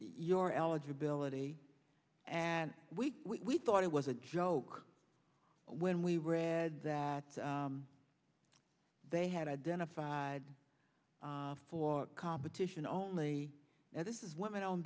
your eligibility and we thought it was a joke when we read that they had identified for competition only now this is women own